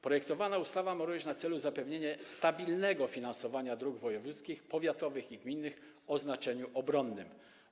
Projektowana ustawa ma również na celu zapewnienie stabilnego finansowania dróg wojewódzkich, powiatowych i gminnych o znaczeniu obronnym.